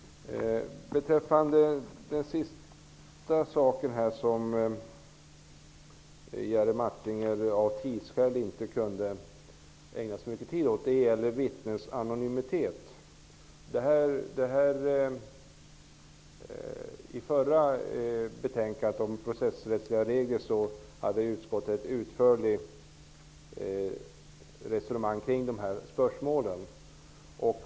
Så till detta med vittnens anonymitet som Jerry Martinger tog upp sist i sitt anförande men som han av tidsskäl inte kunde ägna så mycket tid åt. I förra betänkandet om processrättsliga regler hade utskottet ett utförligt resonemang kring dessa spörsmål.